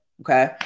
okay